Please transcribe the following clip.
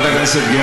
נדמה לי,